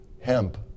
hemp